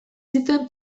zituen